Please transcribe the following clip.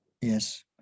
Yes